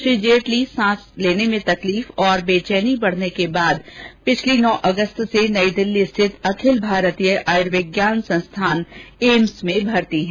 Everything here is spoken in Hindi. श्री जेटली सांस लेने में तकलीफ और बेचैनी बढ़ने के बाद गत नौ अगस्त से नई दिल्ली स्थित अखिल भारतीय आयुर्विज्ञान संस्थान एम्स में भर्ती हैं